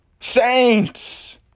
Saints